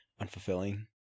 unfulfilling